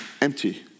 empty